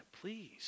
please